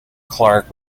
clarke